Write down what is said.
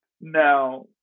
now